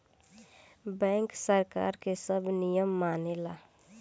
bank सरकार के सब नियम के मानेला